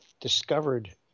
discovered